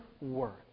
work